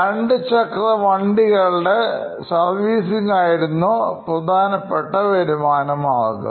രണ്ടു ചക്ര വണ്ടികളുടെ സർവീസിംഗ് ആയിരുന്നു ഉള്ള പ്രധാനപ്പെട്ട വരുമാനമാർഗം